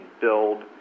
build